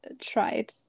tried